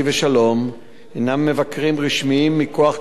ושלום הינם מבקרים רשמיים מכוח כהונתם.